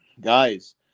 Guys